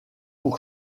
pour